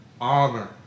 honor